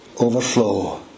overflow